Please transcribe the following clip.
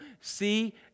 see